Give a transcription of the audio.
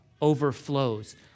overflows